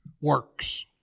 works